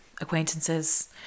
acquaintances